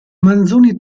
manzoni